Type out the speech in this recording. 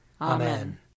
Amen